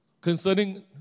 concerning